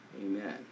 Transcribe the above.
Amen